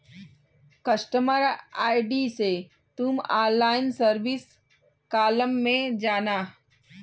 customer ID से तुम online service column में जाना